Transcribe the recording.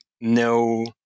no